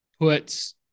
puts